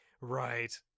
Right